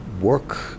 work